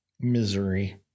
Misery